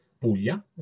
Puglia